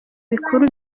bikuru